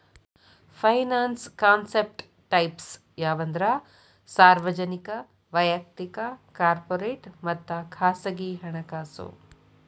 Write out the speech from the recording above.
finance concept types ಯಾವಂದ್ರ ಸಾರ್ವಜನಿಕ ವಯಕ್ತಿಕ ಕಾರ್ಪೊರೇಟ್ ಮತ್ತ ಖಾಸಗಿ ಹಣಕಾಸು